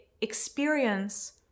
experience